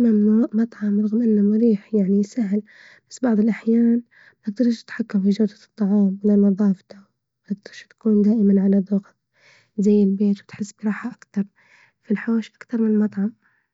أما المطعم رغم إنه مريح، يعني سهل بس بعض الأحيان متقدرش تتحكم في جودة الطعام، لنظافته قديش تكون دائما على ذوقك، زي البيت وتحس براحة أكتر في الحوش أكتر من مطعم.